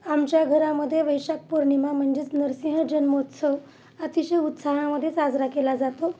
आमच्या घरामध्ये वैशाखपौर्णिमा म्हणजेच नरसिंह जन्मोत्सव अतिशय उत्साहामध्ये साजरा केला जातो